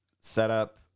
setup